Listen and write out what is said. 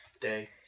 day